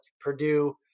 Purdue